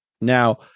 Now